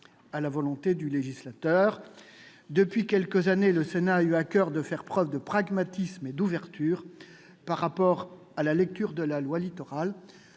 à la volonté du législateur. Depuis quelques années, le Sénat a eu à coeur de faire preuve de pragmatisme et d'ouverture par rapport à la loi Littoral.